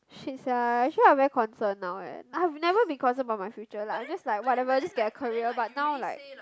shit lah actually I very concern now leh I've never been concern about my future lah like I just like whatever got career but now like